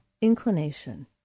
inclination